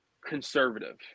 conservative